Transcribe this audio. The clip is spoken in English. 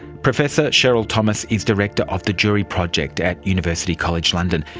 professor cheryl thomas is director of the jury project at university college london.